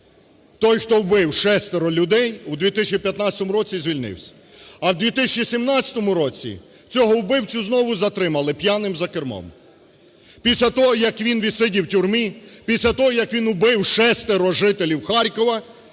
Той, хто убив шестеро людей, у 2015 році звільнився. А в 2017 році цього вбивцю знову затримали п'яним за кермом! Після того, як він відсидів в тюрмі, після того, як він убив шестеро жителів Харкова,